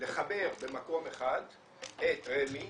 לחבר במקום אחד את רמ"י,